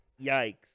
Yikes